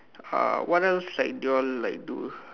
uh what else like do you all like do